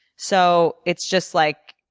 so it's just like,